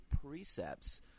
precepts